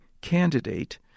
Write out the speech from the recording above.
candidate